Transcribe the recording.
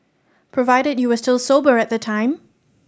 provided you were still sober at the time